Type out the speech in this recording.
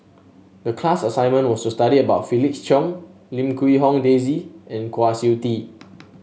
the class assignment was to study about Felix Cheong Lim Quee Hong Daisy and Kwa Siew Tee